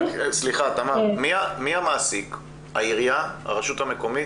סליחה, תמר, מי המעסיק, העירייה, הרשות המקומית?